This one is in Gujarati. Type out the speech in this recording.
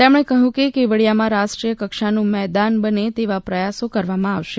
તેમણે કહ્યું કે કેવડીયામાં રાષ્ટ્રીય કક્ષાનું મેદાન બને તેવા પ્રયાસો કરવામાં આવશે